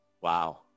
Wow